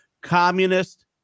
Communist